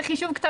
זה חישוב קצת